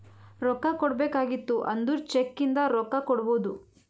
ರೊಕ್ಕಾ ಕೊಡ್ಬೇಕ ಆಗಿತ್ತು ಅಂದುರ್ ಚೆಕ್ ಇಂದ ರೊಕ್ಕಾ ಕೊಡ್ಬೋದು